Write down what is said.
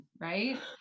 Right